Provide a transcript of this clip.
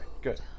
good